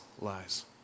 lies